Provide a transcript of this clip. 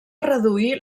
reduir